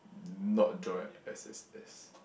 not joing S_S_S